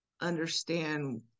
understand